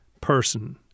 person